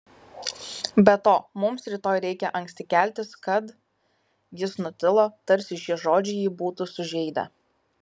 be to mums rytoj reikia anksti keltis kad jis nutilo tarsi šie žodžiai jį būtų sužeidę